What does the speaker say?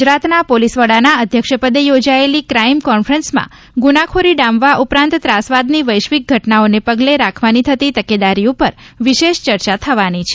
ગુજરાતના પોલીસ વડાના અધ્યક્ષપદે યોજાયેલી ક્રાઇમ કોન્ફરન્સમાં ગુનાખોરી ડામવા ઉપરાંત ત્રાસવાદની વૈશ્વિક ઘટનાઓને પગલે રાખવાની થતી તકેદારી ઉપર વિશેષ ચર્ચા થવાની છે